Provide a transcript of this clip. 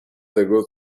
tego